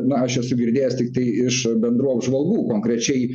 na aš esu girdėjęs tiktai iš bendrų apžvalgų konkrečiai